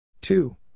Two